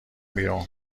بیرون